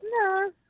No